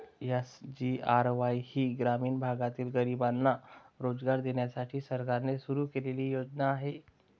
SGRY ही ग्रामीण भागातील गरिबांना रोजगार देण्यासाठी सरकारने सुरू केलेली योजना आहे